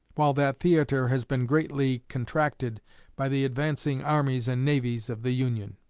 while that theatre has been greatly contracted by the advancing armies and navies of the union.